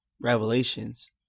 revelations